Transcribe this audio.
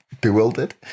bewildered